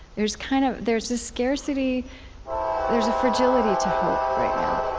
there's kind of there's a scarcity there's a fragility to hope right now.